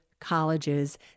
colleges